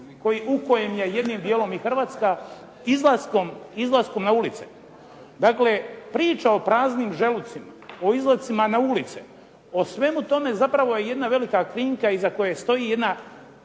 u kojem je jednim dijelom i Hrvatska, izlaskom na ulice. Dakle, priča o praznim želucima, o izlascima na ulice, o svemu tome zapravo je jedna velika krinka iza koje stoji jedna